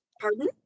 Pardon